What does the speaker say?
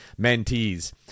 mentees